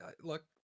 look